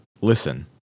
listen